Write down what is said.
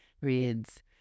reads